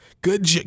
Good